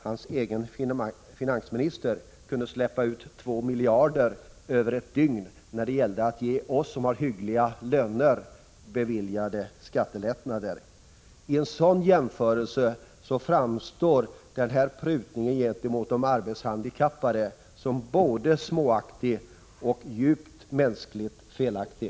Hans egen finansminister kunde släppa ut två miljarder över ett dygn när det gällde att bevilja oss som har hyggliga löner skattelättnader. I en sådan jämförelse framstår denna prutning avseende de arbetshandikappade som både småaktig och mänskligt djupt felaktig.